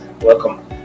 welcome